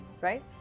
Right